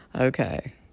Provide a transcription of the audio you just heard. okay